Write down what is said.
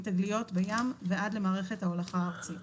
מתגליות בים ועד למערכת ההולכה הארצית".